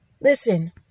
Listen